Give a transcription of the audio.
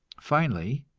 finally,